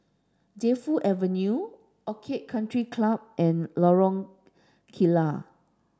Defu Avenue Orchid Country Club and Lorong Kilat